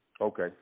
Okay